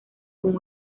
con